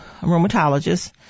rheumatologist